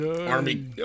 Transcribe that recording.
Army